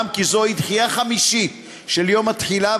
כי זוהי דחייה חמישית של יום התחילה,